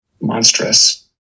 monstrous